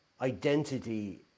identity